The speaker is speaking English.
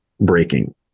breaking